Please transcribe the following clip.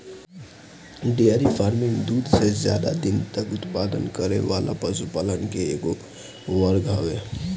dairy farming दूध के ज्यादा दिन तक उत्पादन करे वाला पशुपालन के एगो वर्ग हवे